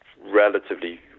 relatively